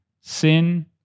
Sin